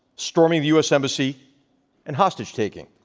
storming the u. s. embassy and hostage taking.